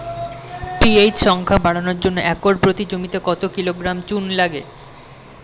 PH সংখ্যা বাড়ানোর জন্য একর প্রতি জমিতে কত কিলোগ্রাম চুন লাগে?